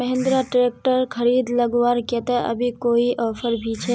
Mahindra tractor खरीद लगवार केते अभी कोई ऑफर भी छे?